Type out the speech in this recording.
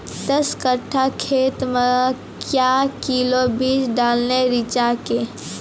दस कट्ठा खेत मे क्या किलोग्राम बीज डालने रिचा के?